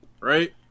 right